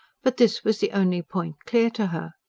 but this was the only point clear to her.